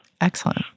Excellent